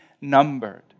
numbered